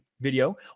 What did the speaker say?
video